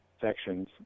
sections